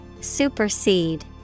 Supersede